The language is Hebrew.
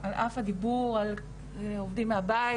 על אף הדיבור על עובדים מהבית,